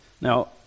Now